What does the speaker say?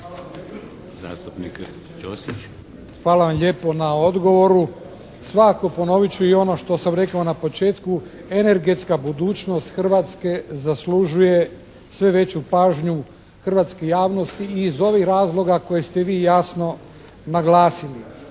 Hvala vam lijepo na odgovoru. Svakako ponovit ću i ono što sam rekao na početku. Energetska budućnost Hrvatske zaslužuje sve veću pažnju hrvatske javnosti i iz ovih razloga koje ste vi jasno naglasili.